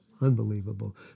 unbelievable